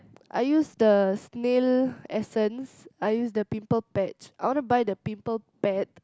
I use the snail essence I use the pimple patch I want to buy the pimple pad